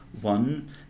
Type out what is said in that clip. One